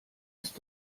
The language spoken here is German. ist